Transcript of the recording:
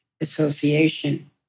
association